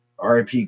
RIP